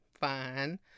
fine